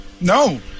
no